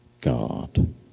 God